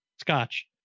scotch